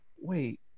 wait